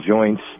joints